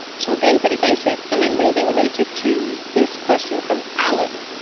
so again, pretty basic, and then maybe related to this question from alan,